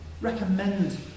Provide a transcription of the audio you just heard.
recommend